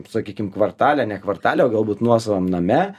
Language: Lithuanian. sakykim kvartale ne kvartale o galbūt nuosavam name